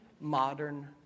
modern